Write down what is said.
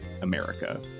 america